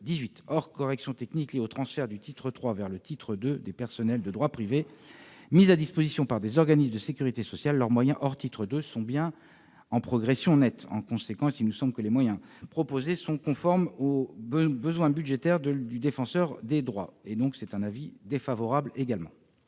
2018. Hors correction technique liée au transfert du titre 3 vers le titre 2 des personnels de droit privé mis à disposition par des organismes de sécurité sociale, leurs moyens, hors titre 2, sont bien en progression nette. En conséquence, il nous semble que les moyens proposés sont conformes aux besoins budgétaires du Défenseur des droits. Le Gouvernement émet donc un avis défavorable sur cet